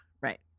right